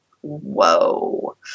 whoa